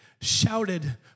shouted